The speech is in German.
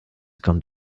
kommt